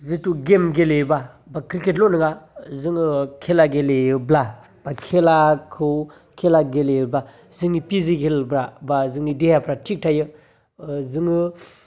जिथु गेम गेलेयोबा बा क्रिकेटल' नङा जोङो खेला गेलेयोब्ला बा खेलाखौ खेला गेलेयोबा जोंनि फिजिकेलफ्रा बा जोंनि देहाफ्रा थिख थायो ओ जोङो